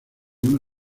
una